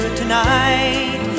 tonight